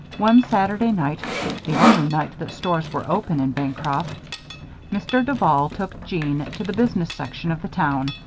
one saturday night the only night that stores were open in bancroft mr. duval took jeanne to the business section of the town,